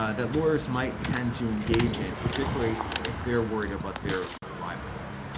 ah that lawyers might tend to engage in, particularly if they're worried about their livelihoods.